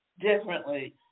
differently